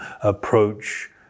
approach